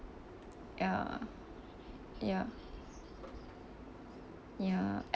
ya ya ya